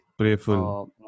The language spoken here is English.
Prayful